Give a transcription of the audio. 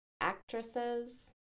actresses